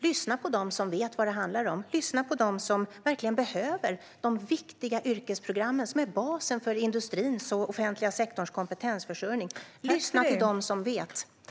Lyssna på dem som vet vad det handlar om, lyssna på dem som verkligen behöver de viktiga yrkesprogrammen som är basen för industrins och den offentliga sektorns kompetensförsörjning. Lyssna på dem som vet!